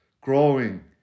growing